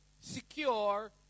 secure